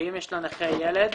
ואם יש לנכה ילד,